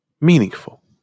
meaningful